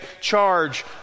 charge